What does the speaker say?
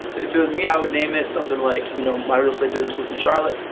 if it was me, i would name it something like, you know, my real estate business was in charlotte,